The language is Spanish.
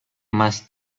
más